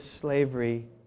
slavery